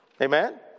Amen